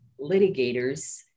litigators